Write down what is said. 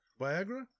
Viagra